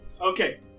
Okay